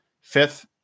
fifth